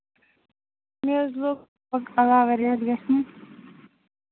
مےٚ حظ گوٚو علاوٕ وۅنۍ حظ ریٚتھ کھنٛڈ